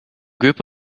group